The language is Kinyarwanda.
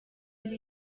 ari